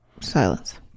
Silence